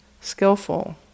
skillful